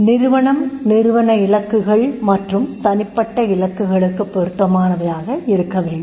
நிறுவனம் நிறுவன இலக்குகள் மற்றும் தனிப்பட்ட இலக்குகளுக்குப் பொருத்தமானவையாக இருக்கவேண்டும்